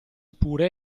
pure